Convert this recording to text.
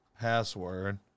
password